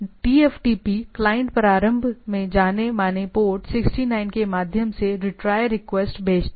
TFTP client प्रारंभ में जाने माने पोर्ट 69 के माध्यम से रीट्राय रिक्वेस्ट भेजता है